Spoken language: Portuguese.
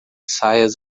saias